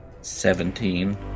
Seventeen